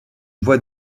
voie